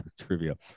trivia